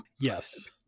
Yes